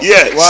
Yes